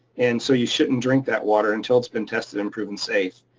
and so you shouldn't drink that water until it's been tested and proven safe.